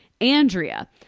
Andrea